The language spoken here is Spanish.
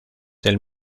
del